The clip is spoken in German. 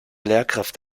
lehrkraft